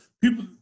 people –